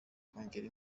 kongera